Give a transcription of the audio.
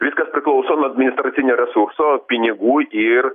viskas priklauso nuo administracinio resurso pinigų ir